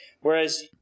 whereas